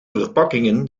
verpakkingen